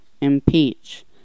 impeach